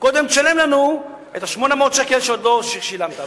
קודם תשלם לנו את 800 השקל שעוד לא שילמת.